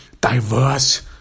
diverse